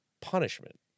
punishment